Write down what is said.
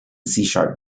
sharp